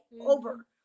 over